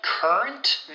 Current